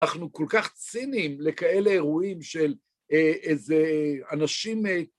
אנחנו כל כך צינים לכאלה אירועים של איזה אנשים...